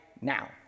now